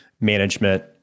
management